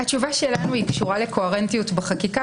התשובה שלנו קשורה לקוהרנטיות בחקיקה